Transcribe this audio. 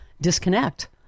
disconnect